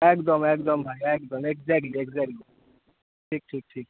একদম একদম একদম একজ্যাক্টলি একজ্যাক্টলি ঠিক ঠিক ঠিক